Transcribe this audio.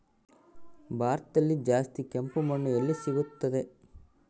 ಭಾರತದಲ್ಲಿ ಜಾಸ್ತಿ ಕೆಂಪು ಮಣ್ಣು ಎಲ್ಲಿ ಸಿಗುತ್ತದೆ?